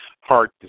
hard